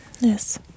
Yes